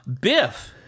Biff